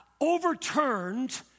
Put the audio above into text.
overturned